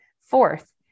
Fourth